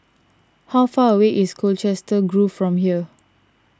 how far away is Colchester Grove from here